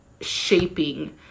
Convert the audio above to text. shaping